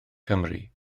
cymru